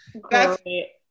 great